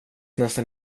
nästan